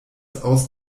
aus